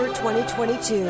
2022